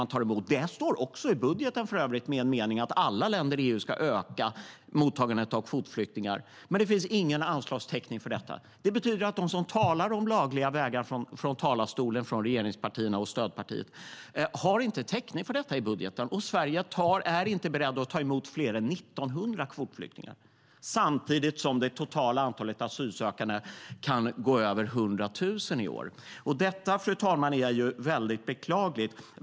Det står för övrigt en mening om det i budgeten, att alla länder i EU ska öka mottagandet av kvotflyktingar. Men det finns ingen anslagstäckning för det. Det betyder att de som i talarstolen talar om lagliga vägar, regeringspartierna och stödpartiet, inte har täckning för det i budgeten. Sverige är inte berett att ta emot fler än 1 900 kvotflyktingar samtidigt som det totala antalet asylsökande kan överstiga 100 000 i år. Det, fru talman, är mycket beklagligt.